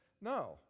No